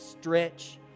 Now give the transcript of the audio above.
stretch